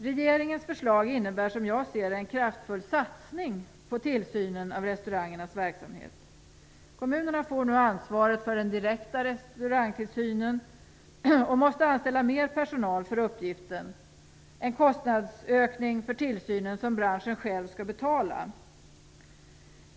Regeringens förslag innebär som jag ser det en kraftfull satsning på tillsynen av restaurangernas verksamhet. Kommunerna får nu ansvaret för den direkta restaurangtillsynen och måste anställa mer personal för uppgiften, en kostnadsökning för tillsynen som branschen själv skall betala.